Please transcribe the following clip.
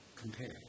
compare